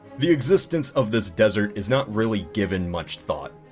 the existence of this desert is not really given much thought.